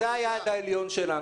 זה היעד העליון שלנו.